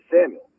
Samuel